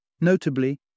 Notably